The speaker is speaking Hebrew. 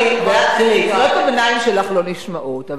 קריאות הביניים שלך לא נשמעות,